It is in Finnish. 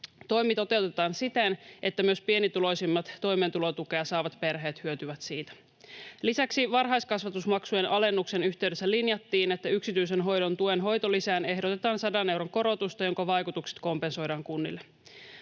Toimi toteutetaan siten, että myös pienituloisimmat, toimeentulotukea saavat perheet hyötyvät siitä. Lisäksi varhaiskasvatusmaksujen alennuksen yhteydessä linjattiin, että yksityisen hoidon tuen hoitolisään ehdotetaan 100 euron korotusta, jonka vaikutukset kompensoidaan kunnille.